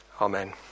Amen